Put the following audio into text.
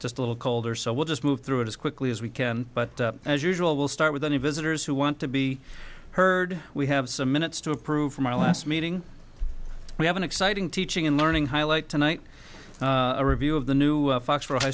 just a little colder so we'll just move through it as quickly as we can but as usual we'll start with any visitors who want to be heard we have some minutes to approve from our last meeting we have an exciting teaching and learning highlight tonight a review of the new facts for a high